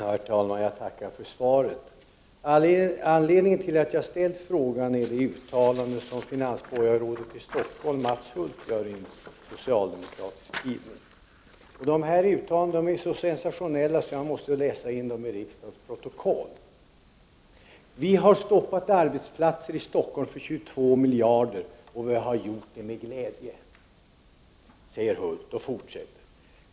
Herr talman! Jag tackar för svaret. Anledningen till att jag har ställt frågan är ett uttalande som finansborgarrådet i Stockholm, Mats Hulth, gör i en socialdemokratisk tidning. Detta uttalande är så sensationellt att jag måste se till att det kommer med i riksdagens protokoll. Mats Hulth säger: Vi har stoppat arbetsplatser i Stockholm för 22 miljarder, och vi har gjort det med glädje.